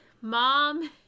mom